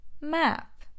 Map